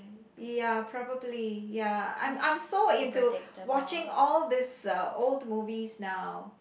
ya probably ya I'm I'm so into watching all these uh old movies now